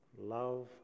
Love